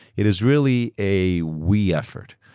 it is really a we effort.